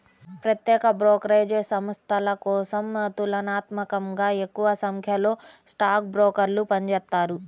ప్రత్యేక బ్రోకరేజ్ సంస్థల కోసం తులనాత్మకంగా తక్కువసంఖ్యలో స్టాక్ బ్రోకర్లు పనిచేత్తారు